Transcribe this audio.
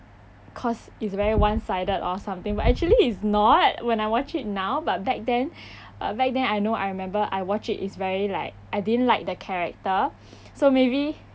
because it's very one sided or something but actually it's not when I watch it now but back then uh back then I know I remember I watch it's very like I didn't like the character so maybe